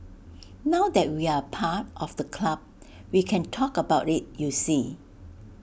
now that we're part of the club we can talk about IT you see